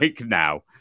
now